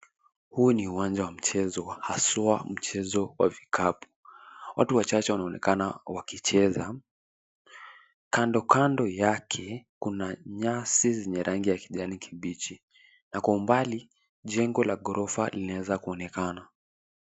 Huu ni uwanja wa mchezo haswa mchezo wa vikapu. Watu wachache wanaonekana wakicheza. Kando, kando yake, kuna nyasi zenye rangi ya kijani kibichi na kwa umbali jengo la gorofa linaweza kuonekana.